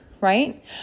right